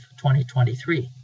2023